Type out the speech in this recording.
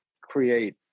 create